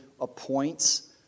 appoints